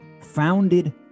founded